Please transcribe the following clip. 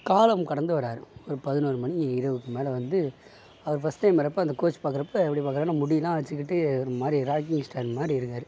காலம் கடந்து வராரு ஒரு பதினோரு மணி இரவுக்கு மேலே வந்து அவர் ஃபஸ்ட் டைம் வரப்ப அந்த கோச் பார்க்குறப்ப எப்படி பார்க்குறாருன்னா முடியெலாம் வச்சுக்கிட்டு ஒரு மாதிரி ராக்கிங் ஸ்டார் மாதிரி இருக்காரு